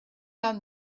down